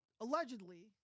allegedly